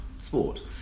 sport